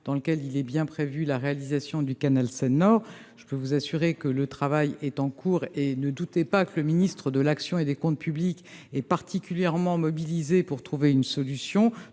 I, lequel prévoit la réalisation du canal Seine-Nord. Je peux vous assurer que le travail est en cours : ne doutez pas que le ministre de l'action et des comptes publics est particulièrement mobilisé pour trouver une solution.